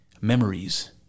memories